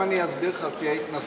אם אני אסביר לך אז זו תהיה התנשאות.